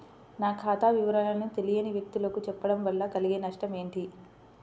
నా ఖాతా వివరాలను తెలియని వ్యక్తులకు చెప్పడం వల్ల కలిగే నష్టమేంటి?